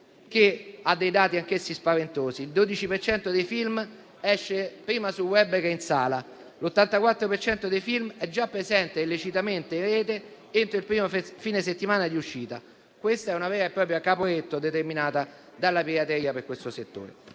che registra dei dati anch'essi spaventosi: il 12 per cento dei film esce prima sul *web* che in sala, l'84 per cento dei film è già presente illecitamente in Rete entro il primo fine settimana di uscita. È una vera e propria Caporetto determinata dalla pirateria in questo settore.